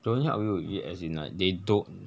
don't help you with it as in like they don't